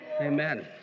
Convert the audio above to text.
Amen